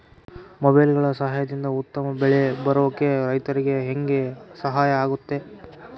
ಮೊಬೈಲುಗಳ ಸಹಾಯದಿಂದ ಉತ್ತಮ ಬೆಳೆ ಬರೋಕೆ ರೈತರಿಗೆ ಹೆಂಗೆ ಸಹಾಯ ಆಗುತ್ತೆ?